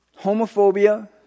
homophobia